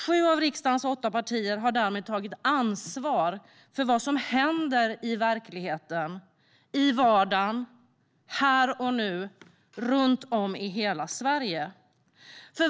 Sju av riksdagens åtta partier har därmed tagit ansvar för vad som händer i verkligheten, i vardagen, här och nu runt om i hela Sverige.